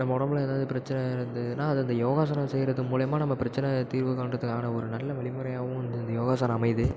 நம்ம உடம்புல எதாவது பிரச்சின இருந்துனா அது அந்த யோகாசனம் செய்கிறது மூலிமா நம்ம பிரச்சின தீர்வு காண்கிறதுக்கான ஒரு நல்ல வழிமுறையாகவும் இந்த இது யோகாசனம் அமையுது